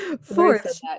Fourth